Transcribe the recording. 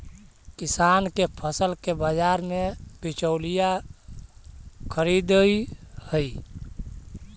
किसान के फसल के बाजार में बिचौलिया खरीदऽ हइ